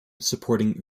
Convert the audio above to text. supporting